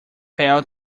fail